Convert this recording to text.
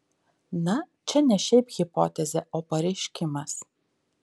na čia ne šiaip hipotezė o pareiškimas